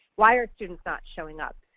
why are students not showing up,